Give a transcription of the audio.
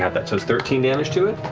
half that, so it's thirteen damage to it.